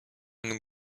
une